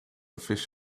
fish